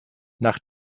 nach